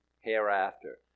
hereafter